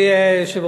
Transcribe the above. אני חושב שאתה צודק.